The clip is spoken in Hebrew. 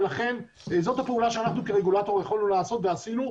ולכן זאת הפעולה שאנחנו כרגולטור יכולנו לעשות ועשינו.